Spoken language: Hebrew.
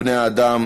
בני-האדם,